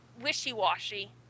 wishy-washy